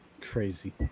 crazy